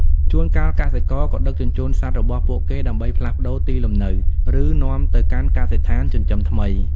ជួនកាល កសិករក៏ដឹកជញ្ជូនសត្វរបស់ពួកគេ ដើម្បីផ្លាស់ប្តូរទីលំនៅ ឬនាំទៅកាន់កសិដ្ឋានចិញ្ចឹមថ្មី។